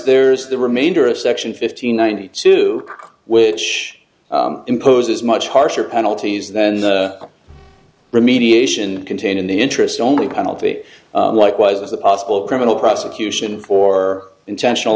there's the remainder of section fifteen ninety two which imposes much harsher penalties then remediation contained in the interest only penalty likewise the possible criminal prosecution for intentional